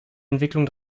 entwicklung